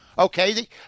Okay